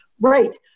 right